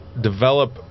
develop